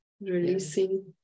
Releasing